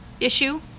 issue